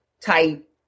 type